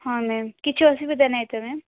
ହଁ ମ୍ୟାମ୍ କିଛି ଅସୁବିଧା ନାହିଁ ତ ମ୍ୟାମ୍